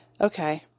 okay